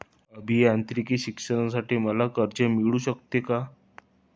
अभियांत्रिकी शिक्षणासाठी मला कर्ज मिळू शकते का?